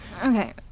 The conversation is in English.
Okay